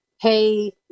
hey